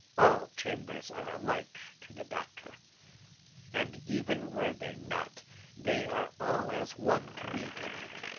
all chambers are alike to the doctor and even were they not they are all as one to me to-night.